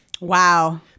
Wow